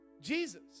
Jesus